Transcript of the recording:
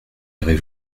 irez